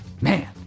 Man